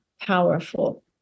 powerful